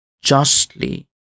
justly